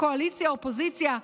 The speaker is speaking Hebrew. קואליציה-אופוזיציה,